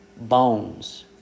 bones